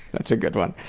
that's a good one.